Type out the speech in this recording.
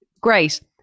Great